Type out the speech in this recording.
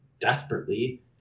desperately